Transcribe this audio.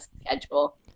schedule